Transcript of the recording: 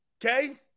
Okay